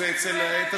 זה אצל, "ציפורי לילה".